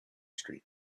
street